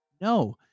no